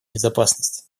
безопасности